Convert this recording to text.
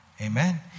Amen